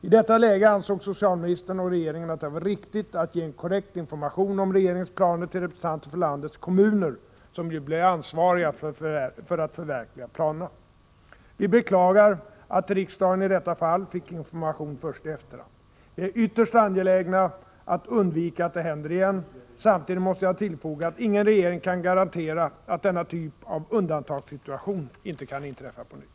I detta läge ansåg socialministern och regeringen att det var riktigt att ge en korrekt information om regeringens planer till representanter för landets kommuner, som ju blir ansvariga för att förverkliga planerna. Vi beklagar att riksdagen i detta fall fick information först i efterhand. Vi är ytterst angelägna att undvika att det händer igen. Samtidigt måste jag tillfoga att ingen regering kan garantera att denna typ av undantagssituation inte kan inträffa på nytt.